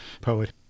poet